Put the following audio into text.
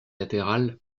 latérales